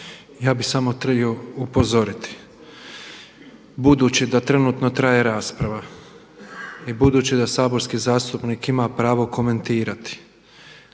Ja bih samo htio upozoriti budući da trenutno traje rasprava i budući da saborski zastupnik ima pravo komentirati